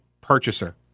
purchaser